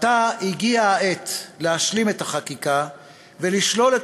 עתה הגיעה העת להשלים את החקיקה ולשלול את